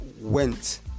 went